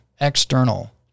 external